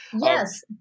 yes